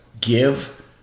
give